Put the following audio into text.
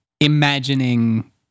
imagining